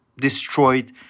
destroyed